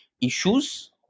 issues